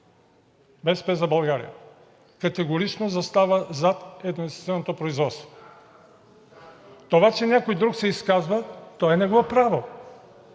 „БСП за България“, категорично застава зад едноинстанционното производство. Това, че някой друг се изказва, то е негово право,